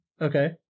Okay